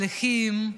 בתהליכים,